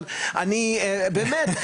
אבל אני באמת,